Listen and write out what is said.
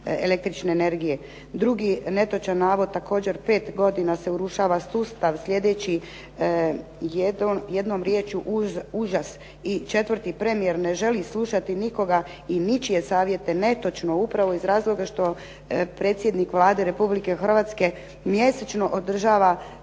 Drugi netočan navod također, 5 godina se urušava sustav sljedeći jednom riječju užas i četvrti premijer ne želi slušati nikog i ničije savijte. Netočno. Upravo iz razloga što predsjednik Vlade Republike Hrvatske mjesečno održava